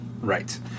Right